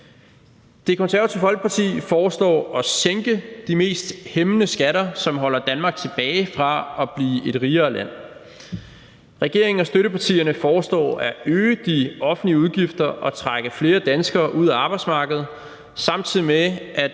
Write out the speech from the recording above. Det Konservative Folkeparti foreslår at sænke de mest hæmmende skatter, som holder Danmark tilbage fra at blive et rigere land. Regeringen og støttepartierne foreslår at øge de offentlige udgifter og trække flere danskere ud af arbejdsmarkedet, samtidig med at